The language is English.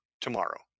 tomorrow